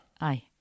aye